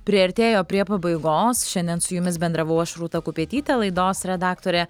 priartėjo prie pabaigos šiandien su jumis bendravau aš rūta kupetytė laidos redaktorė